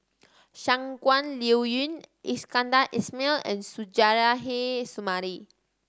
Shangguan Liuyun Iskandar Ismail and Suzairhe Sumari